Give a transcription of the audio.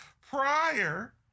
prior